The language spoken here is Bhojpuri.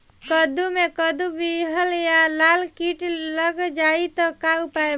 कद्दू मे कद्दू विहल या लाल कीट लग जाइ त का उपाय बा?